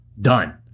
Done